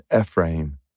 Ephraim